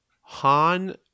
Han